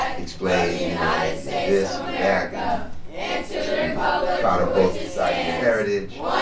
explained, you know, you're this, you're that. you should be proud of both sides of your heritage.